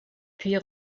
puis